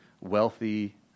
wealthy